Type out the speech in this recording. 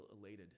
elated